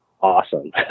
awesome